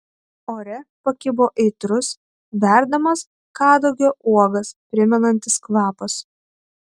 ore pakibo aitrus verdamas kadagio uogas primenantis kvapas